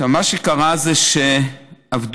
מה שקרה זה שעבדו,